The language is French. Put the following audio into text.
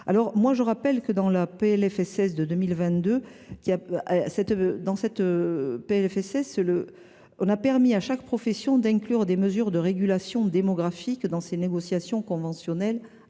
encore. Je rappelle que le PLFSS pour 2022 a permis à chaque profession d’inclure des mesures de régulation démographiques dans ses négociations conventionnelles